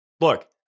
look